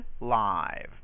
live